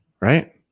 right